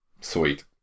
Sweet